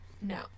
No